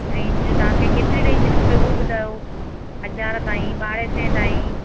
range तव्हां खे केतिरी रेंज खपे उहो ॿुधायो हज़ार ताईं ॿारहें सवें ताईं